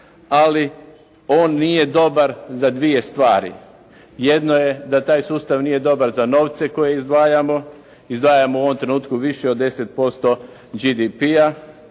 ali on nije dobar za dvije stvari. Jedno je da taj sustav nije dobar za novce koje izdvajamo, izdvajamo u ovom trenutku više od 10% GDP-a,